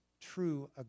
true